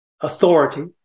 authority